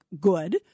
good